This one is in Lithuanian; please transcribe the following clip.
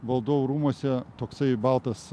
valdovų rūmuose toksai baltas